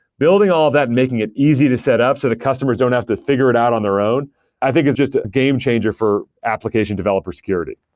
building all of that and making it easy to set up so the customers don't have to figure it out on their own i think is just a game changer for application developer security.